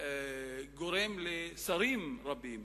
גורם לשרים רבים